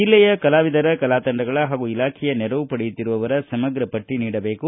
ಜಿಲ್ಲೆಯ ಕಲಾವಿದರ ಕಲಾತಂಡಗಳ ಹಾಗೂ ಇಲಾಖೆಯ ನೆರವು ಪಡೆಯುತ್ತಿರುವವರ ಸಮಗ್ರ ಪಟ್ಟ ನೀಡಬೇಕು